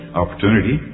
opportunity